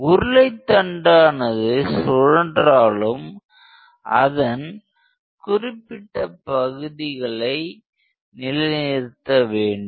உருளை தண்டானது சுழன்றாலும் அதன் குறிப்பிட்ட பகுதிகளை நிலைநிறுத்த வேண்டும்